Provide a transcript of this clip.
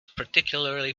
particularly